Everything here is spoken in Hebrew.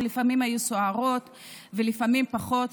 שלפעמים היו סוערות ולפעמים פחות,